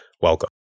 welcome